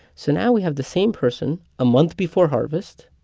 so now we have the same person, a month before harvest,